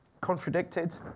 contradicted